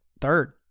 Third